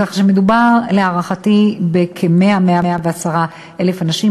כך שמדובר להערכתי ב-100,000 110,000 אנשים.